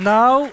now